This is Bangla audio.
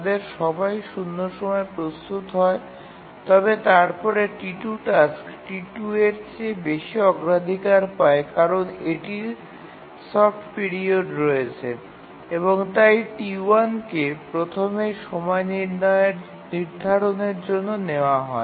তাদের সবাই ০ সময়ে প্রস্তুত হয় তবে তারপরে T2 টাস্ক T2 এর চেয়ে বেশি অগ্রাধিকার পায় কারণ এটির সফ্ট পিরিয়ড রয়েছে এবং তাই T1 কে প্রথমে সময় নির্ধারণের জন্য নেওয়া হয়